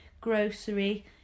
grocery